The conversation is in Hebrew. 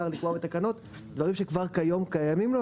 לקבוע בתקנות דברים שכבר כיום קיימים לו,